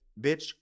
bitch